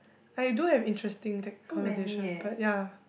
I do have interesting that conversation but ya